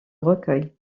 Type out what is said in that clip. recueil